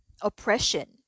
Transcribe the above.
oppression